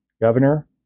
Governor